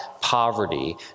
poverty